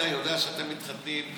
הרי אתה יודע שאתם מתחכמים.